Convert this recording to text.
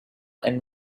and